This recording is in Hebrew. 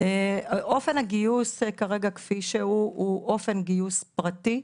אופן הגיוס כרגע כפי שהוא הוא אופן גיוס פרטי: